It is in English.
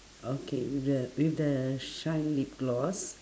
okay with the with the shine lip gloss